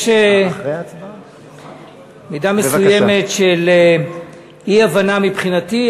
יש מידה מסוימת של אי-הבנה מבחינתי,